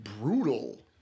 brutal